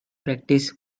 practice